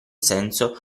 senso